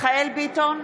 מיכאל מרדכי ביטון,